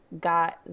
got